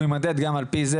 והוא יימדד גם על פי זה,